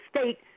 state